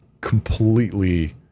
completely